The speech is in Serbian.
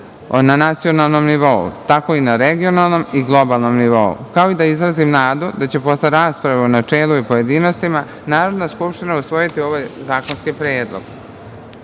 na nacionalnom nivou, tako i na regionalnom i globalnom nivou. Želim i da izrazim nadu da će posle rasprave u načelu i pojedinostima Narodna skupština usvojiti ovaj zakonski predlog. Pred